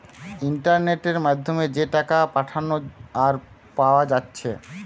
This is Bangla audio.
ইন্টারনেটের মাধ্যমে যে টাকা পাঠানা আর পায়া যাচ্ছে